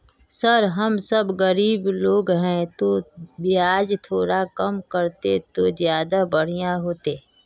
sir हम सब गरीब लोग है तो बियाज थोड़ा कम रहते तो ज्यदा बढ़िया होते